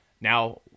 Now